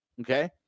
Okay